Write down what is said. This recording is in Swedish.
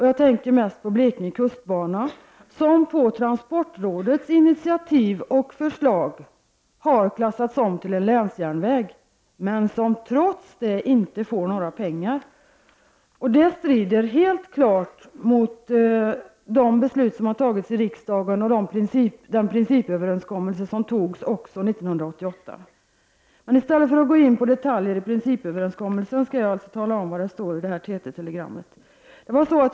Jag tänker mest på Blekinge kustbana som på transportrådets initiativ och förslag har klassats om till en länsjärnväg men som trots detta inte får några pengar. Det strider helt klart mot de beslut som vi har fattat i riksdagen och den principöverenskommelse som träffades 1988. I stället för att gå in på detaljer i principöverenskommelsen skall jag tala om vad som står i TT meddelandet.